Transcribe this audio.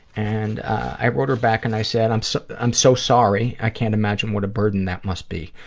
and i wrote her back and i said, i'm so i'm so sorry. i can't imagine what a burden that must be.